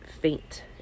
faint